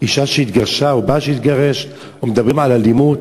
אישה שהתגרשה או בעל שהתגרש ומדברים על אלימות?